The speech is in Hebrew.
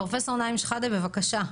פרופ' נעים שחאדה, בבקשה.